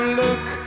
look